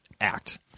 act